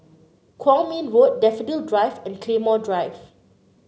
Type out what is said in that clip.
Kwong Min Road Daffodil Drive and Claymore Drive